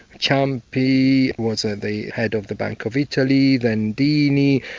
ciampi was ah the head of the bank of italy, then dini.